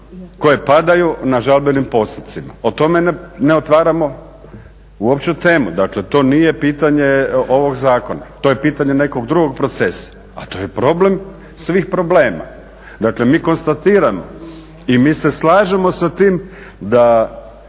koje padaju na žalbenim postupcima. O tome ne otvaramo uopće temu. Dakle, to nije pitanje ovog zakona to je pitanje nekog drugog procesa. A to je problem svih problema. Dakle, mi konstatiramo i mi se slažemo sa tim da